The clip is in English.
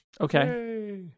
Okay